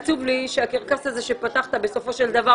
עצוב לי שהקרקס הזה שפתחת בסופו של דבר,